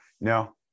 No